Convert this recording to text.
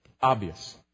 obvious